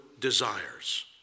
desires